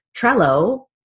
Trello